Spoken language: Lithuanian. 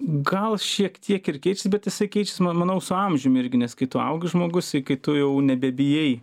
gal šiek tiek ir keičiasi bet jisa keičiasi manau su amžium irgi nes kai tu augi žmogus iki tu jau nebebijai